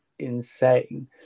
Insane